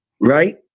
Right